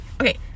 okay